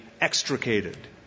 extricated